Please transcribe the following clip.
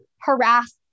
harass